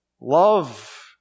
love